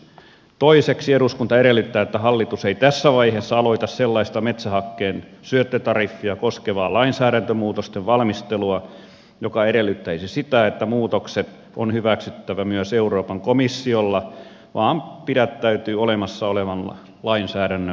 toiseksi eduskunta edellyttää että hallitus ei tässä vaiheessa aloita sellaista metsähakkeen syöttötariffia koskevaa lainsäädäntömuutosten valmistelua joka edellyttäisi sitä että muutokset on hyväksyttävä myös euroopan komissiolla vaan pidättäytyy olemassa olevan lainsäädännön mukaisesti